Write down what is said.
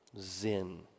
Zin